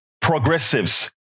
progressives